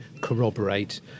corroborate